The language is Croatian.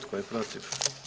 Tko je protiv?